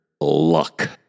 Luck